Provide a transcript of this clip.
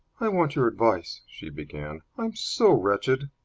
i want your advice, she began. i'm so wretched!